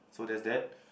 so there's that